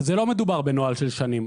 לא מדובר בנוהל של שנים.